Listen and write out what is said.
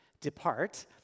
depart